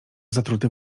zatruty